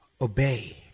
obey